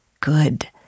good